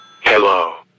Hello